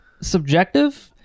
subjective